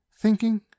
Thinking